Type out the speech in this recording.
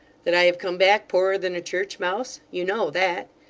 that i have come back, poorer than a church mouse? you know that.